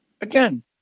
again